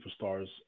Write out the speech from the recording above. superstars